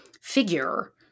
figure